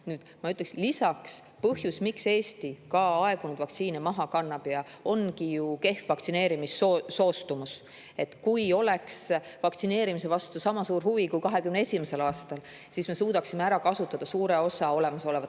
ka seda, et üks põhjus, miks Eesti aegunud vaktsiine maha kannab, ongi kehv vaktsineerimisega soostumus. Kui oleks vaktsineerimise vastu sama suur huvi kui 2021. aastal, siis me suudaksime ära kasutada suure osa olemasolevatest